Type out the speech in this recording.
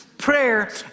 prayer